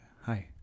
hi